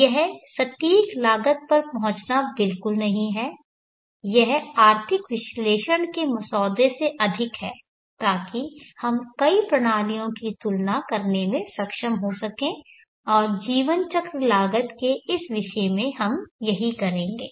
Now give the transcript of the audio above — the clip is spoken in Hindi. यह सटीक लागत पर पहुंचना बिल्कुल नहीं है यह आर्थिक विश्लेषण के मसौदे से अधिक हैताकि हम कई प्रणालियों की तुलना करने में सक्षम हो सकें और जीवन चक्र लागत के इस विषय में हम यही करेंगे